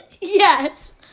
Yes